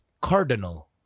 cardinal